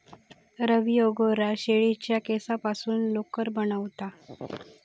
रवी angora शेळीच्या केसांपासून लोकर बनवता